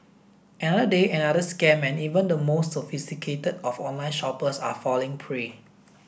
another day another scam and even the most sophisticated of online shoppers are falling prey